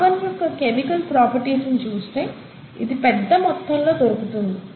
carbon యొక్క chemical properties ని చూస్తే ఇది పెద్ద మొత్తంలో దొరుకుతుంది